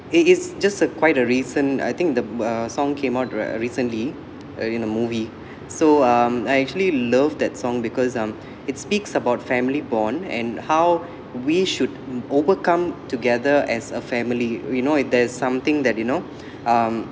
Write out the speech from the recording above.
it is just a quite a recent I think the uh song came uh recently uh in a movie so um I actually love that song because um it speaks about family bond and how we should overcome together as a family you know it there's something that you know um